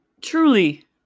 truly